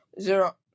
zero